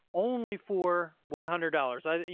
only for one hundred dollars, i mean